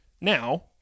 Now